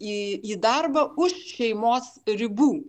į į darbą už šeimos ribų